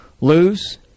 lose